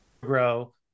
grow